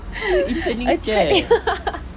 okay ya